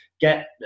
get